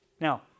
Now